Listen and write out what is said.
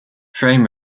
frame